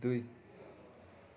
दुई